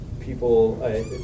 people